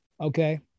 Okay